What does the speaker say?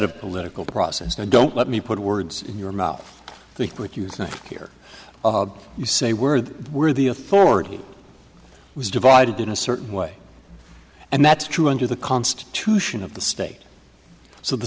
of political process and don't let me put words in your mouth i think what you hear you say we're we're the authority was divided in a certain way and that's true under the constitution of the state so the